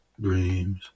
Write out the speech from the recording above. dreams